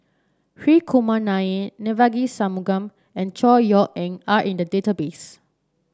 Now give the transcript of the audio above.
Hri Kumar Nair Devagi Sanmugam and Chor Yeok Eng are in the database